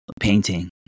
painting